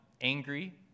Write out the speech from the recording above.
angry